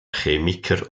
chemiker